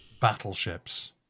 Battleships